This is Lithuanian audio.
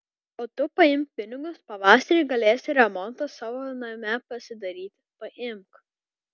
o tu paimk pinigus pavasarį galėsi remontą savo name pasidaryti paimk